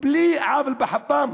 בלי עוול בכפם.